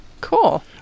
cool